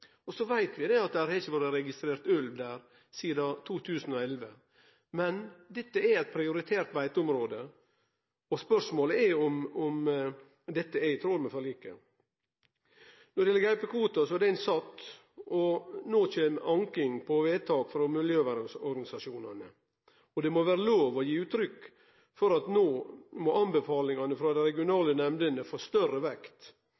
Så veit vi at det ikkje har vore registrert ulv der sidan 2011. Men dette er eit prioritert beiteområde, og spørsmålet er om dette er i tråd med forliket. Når det gjeld gaupekvoten, er han sett, og no kjem anking av vedtak frå miljøvernorganisasjonane. Det må vere lov å gi uttrykk for at no må anbefalingane frå dei regionale nemndene få større vekt